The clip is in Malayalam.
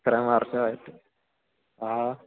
ഇത്രയും വർഷമായിട്ടും ആ